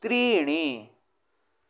त्रीणि